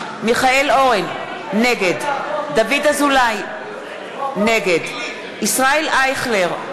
אורן, נגד דוד אזולאי, נגד ישראל אייכלר,